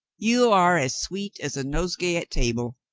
you are as sweet as a nosegay at table.